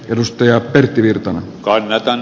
edustaja pertti virta kohennetaan